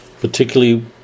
particularly